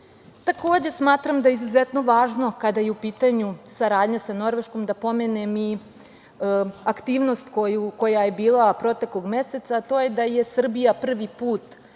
trgovine. Smatram da je izuzetno važno kada je u pitanju saradnja sa Norveškom da pomenem i aktivnost koja je bila proteklog meseca, a to je da je Srbija prvi put